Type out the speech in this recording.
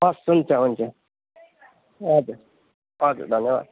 हवस् हुन्छ हुन्छ हजुर हजुर धन्यवाद